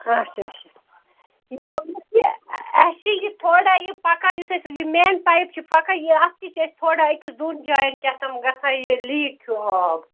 اَچھا اَچھا یہِ اونُت یہِ اَسہِ چھِ یہِ تھوڑا یہِ پَکان یُس اَسہِ یہِ مین پایِپ چھِ پَکان یہِ اَتھ تہِ چھِ اَسہِ تھوڑا أکِس دۄن جایَن کیٛاہتام گژھان یہِ لیٖک ہیٛوٗ آب